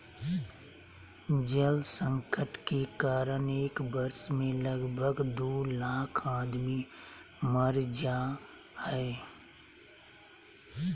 जल संकट के कारण एक वर्ष मे लगभग दू लाख आदमी मर जा हय